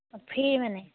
অঁ ফ্ৰী মানে